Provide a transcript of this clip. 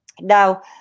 Now